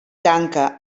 tanca